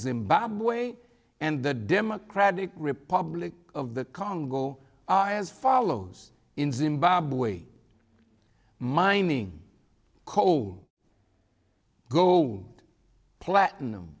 zimbabwe and the democratic republic of the congo are as follows in zimbabwe mining coal go platinum